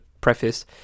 preface